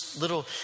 little